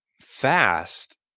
fast